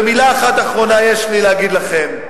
ומלה אחת אחרונה יש לי להגיד לכם.